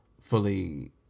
fully